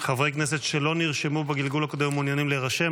חברי כנסת שלא נרשמו בגלגול הקודם ומעוניינים להירשם,